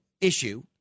issue